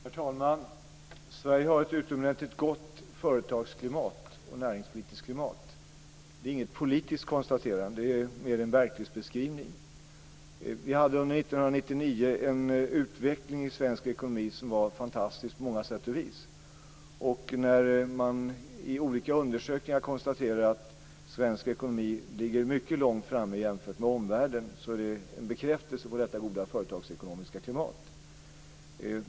Herr talman! Sverige har ett utomordentligt gott företagsklimat och näringspolitiskt klimat. Det är inget politiskt konstaterande, utan mer en verklighetsbeskrivning. Vi hade under 1999 en utveckling i svensk ekonomi som var fantastisk på många sätt och vis. När man i olika undersökningar konstaterar att svensk ekonomi ligger mycket långt framme jämfört med omvärlden är det en bekräftelse på detta goda företagsekonomiska klimat.